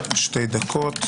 בנות שתי דקות.